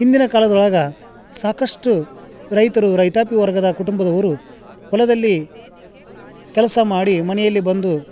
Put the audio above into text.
ಹಿಂದಿನ ಕಾಲದೊಳಗೆ ಸಾಕಷ್ಟು ರೈತರು ರೈತಾಪಿ ವರ್ಗದ ಕುಟುಂಬದವರು ಹೊಲದಲ್ಲಿ ಕೆಲಸ ಮಾಡಿ ಮನೆಯಲ್ಲಿ ಬಂದು